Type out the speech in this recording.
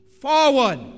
forward